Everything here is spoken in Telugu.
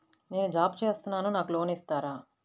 నేను జాబ్ చేస్తున్నాను నాకు లోన్ ఇస్తారా?